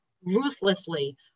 Ruthlessly